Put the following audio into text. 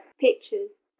pictures